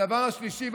הדבר השלישי,